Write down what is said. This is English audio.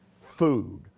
food